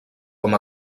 com